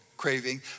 craving